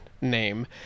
name